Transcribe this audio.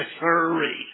hurry